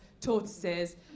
tortoises